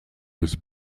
was